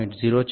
04 0